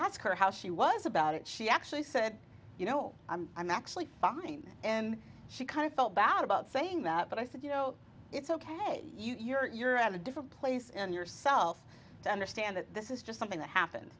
ask her how she was about it she actually said you know i'm actually going and she kind of felt bad about saying that but i said you know it's ok you're at a different place in yourself to understand that this is just something that happened